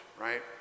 right